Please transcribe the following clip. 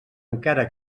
encara